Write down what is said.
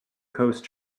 coast